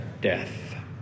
death